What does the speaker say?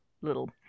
little